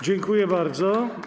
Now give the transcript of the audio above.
Dziękuję bardzo.